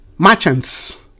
Merchants